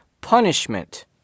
punishment